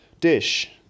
dish